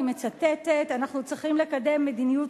אני מצטטת: "אנחנו צריכים לקדם מדיניות